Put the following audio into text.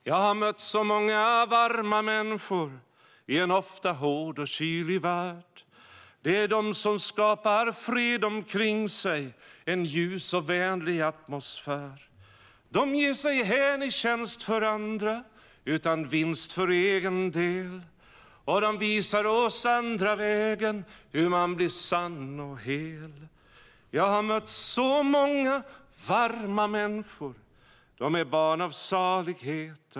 Jag har mött så många varma mänskori en ofta hård och kylig värld. Det är dom som skapar fred omkring sigen ljus och vänlig atmosfär. Dom ger sig hän i tjänst för andra, utan vinst för egen deloch dom visar oss andra vägenhur man blir sann och hel. Jag har mött så många varma mänskor, dom är barn av saligheten.